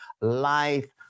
life